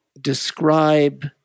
describe